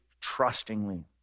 trustingly